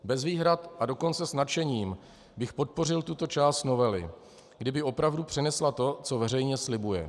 Bez výhrad, a dokonce s nadšením bych podpořil tuto část novely, kdyby opravdu přinesla to, co veřejně slibuje.